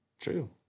True